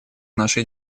нашей